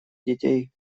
детей